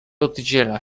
oddziela